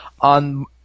on